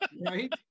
right